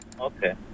Okay